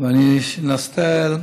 אני אנסה.